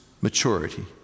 maturity